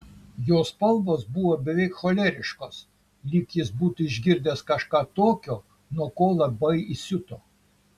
jo spalvos buvo beveik choleriškos lyg jis būtų išgirdęs kažką tokio nuo ko labai įsiuto